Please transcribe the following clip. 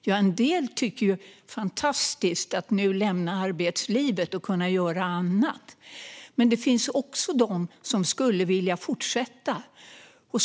Ja, en del tycker ju att det är fantastiskt att få lämna arbetslivet och kunna göra annat. Men det finns också de som skulle vilja fortsätta.